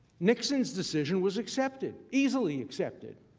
nixon's decision was accepted easily accepted.